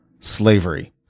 slavery